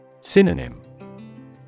Synonym